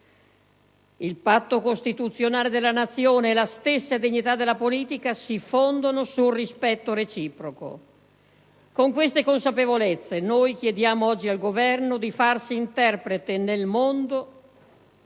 Il patto costituzionale della Nazione e la stessa dignità della politica si fondano sul rispetto reciproco. Con questa consapevolezza, chiediamo oggi al Governo di farsi interprete nel mondo